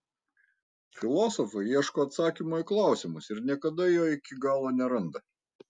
filosofai ieško atsakymo į klausimus ir niekada jo iki galo neranda